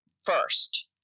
first